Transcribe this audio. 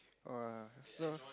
oh so